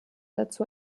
dazu